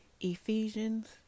Ephesians